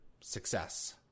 success